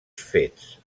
fets